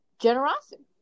generosity